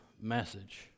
message